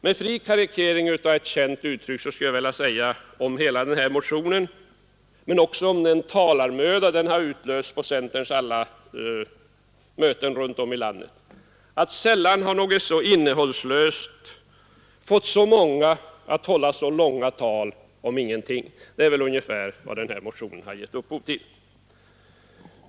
Med fri karikering av ett känt uttryck skulle jag vilja säga om hela motionen, men också om den talarmöda som den har utlöst på centerns alla möten runt om i landet: Sällan har något så innehållslöst fått så många att hålla så långa tal om ingenting! Det är väl ungefär vad den här motionen har gett upphov till.